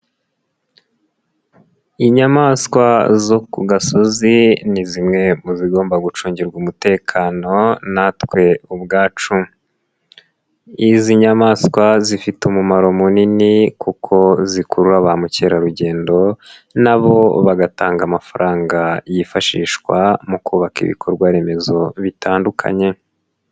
Inyamaswa zo ku gasozi ni zimwe mu zigomba gucungirwa umutekano natwe ubwacu, izi nyamaswa zifite umumaro munini kuko zikurura ba mukerarugendo na bo bagatanga amafaranga yifashishwa mu kubaka ibikorwaremezo bitandukanye.